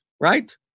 right